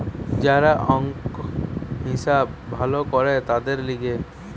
যারা অংক, হিসাব ভালো করে তাদের লিগে